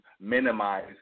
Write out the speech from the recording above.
minimize